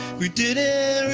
we did. in